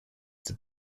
did